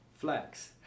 Flex